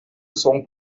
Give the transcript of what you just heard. son